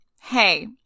hey